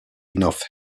enough